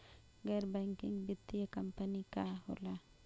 गैर बैकिंग वित्तीय कंपनी का होला?